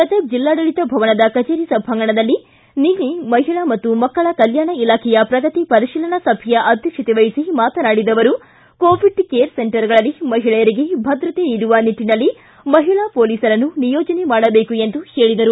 ಗದಗ್ ಜಿಲ್ಲಾಡಳಿತ ಭವನದ ಕಚೇರಿ ಸಭಾಂಗಣದಲ್ಲಿ ನಿನ್ನೆ ಮಹಿಳಾ ಮತ್ತು ಮಕ್ಕಳ ಕಲ್ಯಾಣ ಇಲಾಖೆಯ ಪ್ರಗತಿ ಪರಿಶೀಲನಾ ಸಭೆಯ ಅಧ್ಯಕ್ಷತೆ ವಹಿಸಿ ಮಾತನಾಡಿದ ಅವರು ಕೋವಿಡ್ ಕೇರ್ ಸೆಂಟರ್ಗಳಲ್ಲಿ ಮಹಿಳೆಯರಿಗೆ ಭದ್ರತೆ ನೀಡುವ ನಿಟ್ಟಿನಲ್ಲಿ ಮಹಿಳಾ ಪೊಲೀಸರನ್ನು ನಿಯೋಜನೆ ಮಾಡಬೇಕು ಎಂದರು